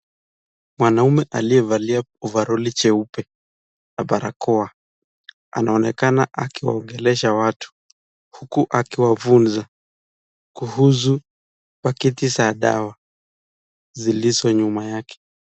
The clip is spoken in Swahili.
Mwanaume aliyevalia ovaroli jeupe na barakoa anaonekana akiongelesha watu huku akiwafunza kuhusu pakiti za dawa zilizo nyuma yake.